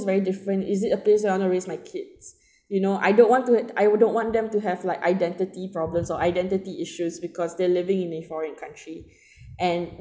is very different is it a place where I want to raise my kids you know I don't want to I wouldn't want them to have like identity problems or identity issues because they're living in a foreign country and